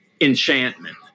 enchantment